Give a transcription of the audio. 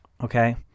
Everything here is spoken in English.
Okay